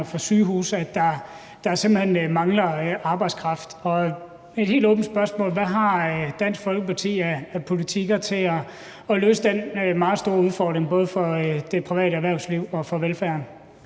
og for sygehuse, at der simpelt hen mangler arbejdskraft. Et helt åbent spørgsmål er: Hvad har Dansk Folkeparti af politik til at løse den meget store udfordring, både for det private erhvervsliv og for velfærden?